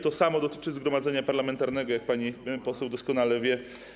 To samo dotyczy zgromadzenia parlamentarnego OBWE, jak pani poseł doskonale wie.